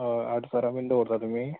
हय आडसरां बी दवरता तुमी